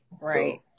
right